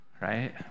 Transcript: Right